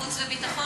חוץ וביטחון?